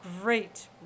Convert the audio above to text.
great